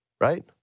right